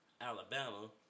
Alabama